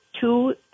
two